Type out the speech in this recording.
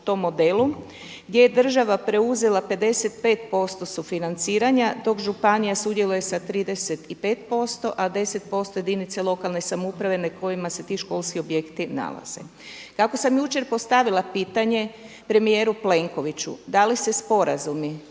po modelu gdje je država preuzela 55% sufinanciranja dok županija sudjeluje sa 35%, a 10% jedinice lokalne samouprave na kojima se ti školski objekti nalaze. Tako sam jučer postavila pitanje premijeru Plenkoviću, da li se sporazumi